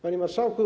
Panie Marszałku!